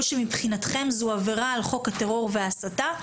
שמבחינתכם זו עבירה על חוק הטרור וההסתה,